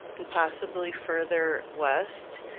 and possibly further west,